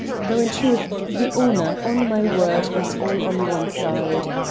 though in truth, the honour, on my word, was all on one side.